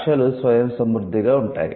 భాషలు స్వయం సమృద్ధిగా ఉంటాయి